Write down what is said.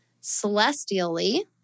celestially